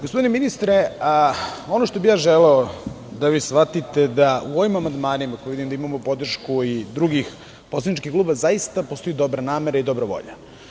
Gospodine ministre, ono što bih ja želeo, da vi shvatite da u ovim amandmanima, u kojima vidim da imamo podršku i drugih poslaničkih klubova, zaista postoji dobra namera i dobra volja.